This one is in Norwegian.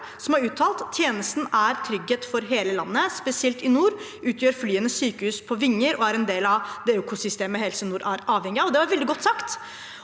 som har uttalt følgende: «Tjenesten er en trygghet for hele landet. Spesielt i nord utgjør flyene sykehus på vinger og er en del av det økosystemet Helse Nord er avhengig av.» Det var veldig godt sagt.